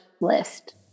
list